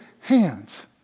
hands